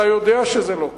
אתה יודע שזה לא כך.